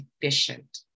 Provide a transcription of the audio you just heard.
efficient